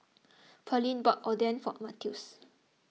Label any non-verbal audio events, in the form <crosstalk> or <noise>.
<noise> Pearline bought Oden for Mathews